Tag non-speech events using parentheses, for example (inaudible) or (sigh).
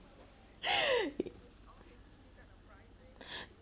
(laughs)